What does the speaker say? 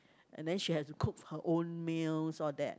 and then she has to cook her own meals all that